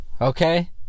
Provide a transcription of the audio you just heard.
Okay